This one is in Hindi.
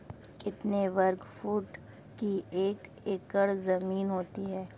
कितने वर्ग फुट की एक एकड़ ज़मीन होती है?